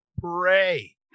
pray